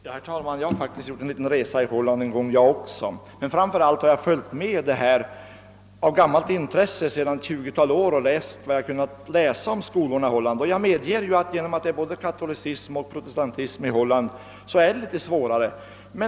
Herr talman! Jag har faktiskt också själv en gång gjort en liten resa i Holland, men framför allt har jag av intresse sedan ett tjugotal år tillbaka följt med och läst om skolorna i Holland. Jag medger att det är svårare i Holland till följd av att där finns både katolicism och protestantism.